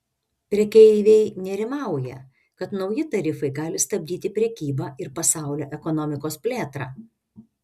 prekeiviai nerimauja kad nauji tarifai gali stabdyti prekybą ir pasaulio ekonomikos plėtrą